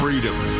Freedom